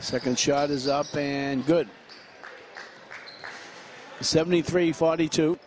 second shot is up and good seventy three forty two